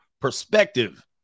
perspective